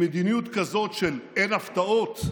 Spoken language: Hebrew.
עם מדיניות כזאת של אין הפתעות,